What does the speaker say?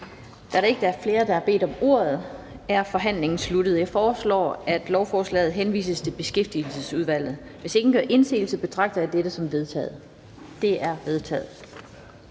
Da der ikke er flere, der har bedt om ordet, er forhandlingen sluttet. Jeg foreslår, at lovforslaget henvises til Beskæftigelsesudvalget. Hvis ingen gør indsigelse, betragter jeg dette som vedtaget. Det er vedtaget.